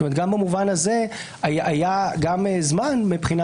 זאת אומרת שגם במובן הזה היה גם זמן מהבחינה